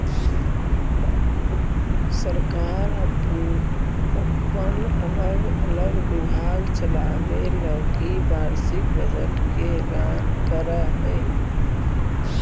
सरकार अपन अलग अलग विभाग चलावे लगी वार्षिक बजट के ऐलान करऽ हई